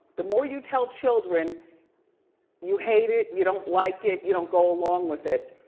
the more you tell children you hate it, you don't like it, you don't go along with it,